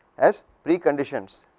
as pre-conditions,